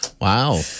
Wow